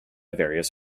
various